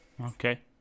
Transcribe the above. okay